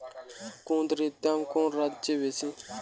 কুঁদরীর দাম কোন রাজ্যে বেশি?